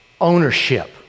ownership